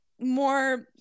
more